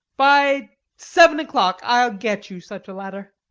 by seven o'clock i'll get you such a ladder.